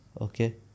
Okay